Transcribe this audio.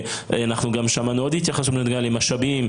ואנחנו גם שמענו עוד התייחסות למשאבים,